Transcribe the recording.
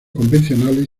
convencionales